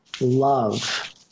love